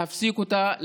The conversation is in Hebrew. להפסיק אותה,